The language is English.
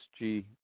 SG